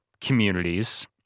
communities